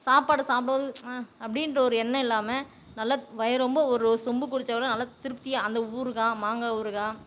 சாப்பாடு சாப்பிடுவது அப்படின்ற ஒரு எண்ணம் இல்லாமல் நல்லா வயிறு நொரம்ப ஒரு சொம்பு குடிச்சால் கூட நல்லா திருப்தியாக அந்த ஊறுகாய் மாங்காய் ஊறுகாய்